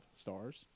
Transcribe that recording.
stars